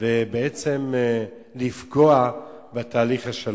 ובעצם לפגוע בתהליך השלום?